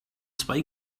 zwei